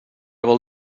vol